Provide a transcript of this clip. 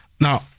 Now